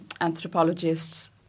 anthropologists